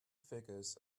figures